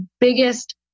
biggest